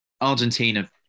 Argentina